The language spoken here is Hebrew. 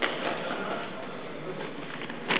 עשו